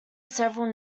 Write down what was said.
several